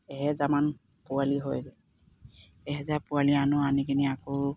এহেজাৰমান পোৱালি হয় এহেজাৰ পোৱালি আনো আনি কিনে আকৌ